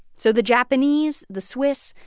so the japanese, the swiss,